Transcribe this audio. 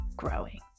Growing